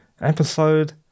episode